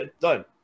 done